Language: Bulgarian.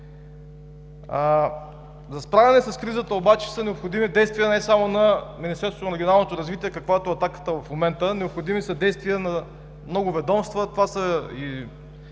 За справяне с кризата обаче са необходими действия не само на Министерството на регионалното развитие, каквато е атаката в момента. Необходими са действия на много ведомства. Това са и